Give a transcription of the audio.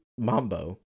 mambo